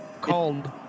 called